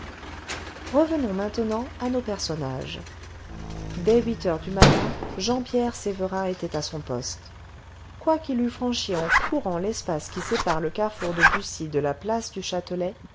revenons maintenant à nos personnages dès huit heures du matin jean pierre sévérin était à son poste quoiqu'il eût franchi en courant l'espace qui sépare le carrefour de buci de la place du châtelet